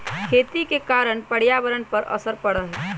खेती के कारण पर्यावरण पर असर पड़ा हई